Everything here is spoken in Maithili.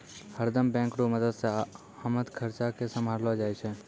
हरदम बैंक रो मदद से आमद खर्चा के सम्हारलो जाय छै